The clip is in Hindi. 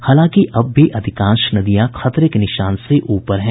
हालांकि अब भी अधिकांश नदियां खतरे के निशान से ऊपर हैं